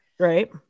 Right